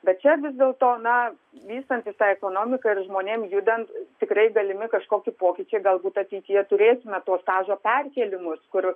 bet čia vis dėlto na vystantis tai ekonomikai ir žmonėm judant tikrai galimi kažkoki pokyčiai galbūt ateityje turėtume to stažo perkėlimus kur